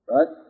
Right